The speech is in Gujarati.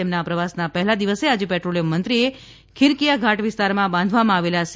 તેમના પ્રવાસના પહેલા દિવસે આજે પેટ્રોલિયમ મંત્રીએ ખીરકીયા ઘાટ વિસ્તારમાં બાંધવામાં આવેલા સી